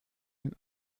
den